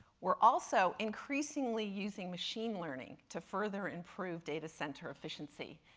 we're also increasingly using machine learning to further improve data center efficiency,